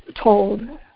told